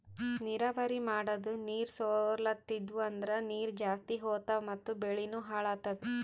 ನೀರಾವರಿ ಮಾಡದ್ ನೀರ್ ಸೊರ್ಲತಿದ್ವು ಅಂದ್ರ ನೀರ್ ಜಾಸ್ತಿ ಹೋತಾವ್ ಮತ್ ಬೆಳಿನೂ ಹಾಳಾತದ